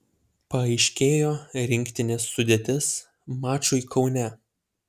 paaiškėjo rinktinės sudėtis mačui kaune